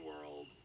world